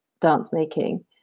dance-making